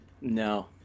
No